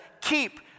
keep